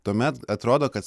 tuomet atrodo kad